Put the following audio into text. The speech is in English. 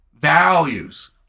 values